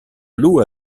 loup